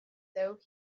though